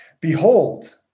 behold